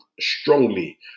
strongly